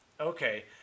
Okay